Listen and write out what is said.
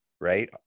right